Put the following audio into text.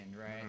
right